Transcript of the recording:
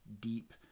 deep